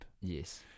Yes